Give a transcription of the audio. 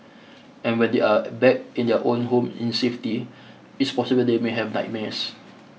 and when they are back in their own home in safety it's possible they may have nightmares